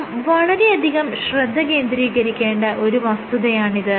നാം വളരെയധികം ശ്രദ്ധ കേന്ദ്രീകരിക്കേണ്ട ഒരു വസ്തുതയാണിത്